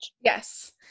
Yes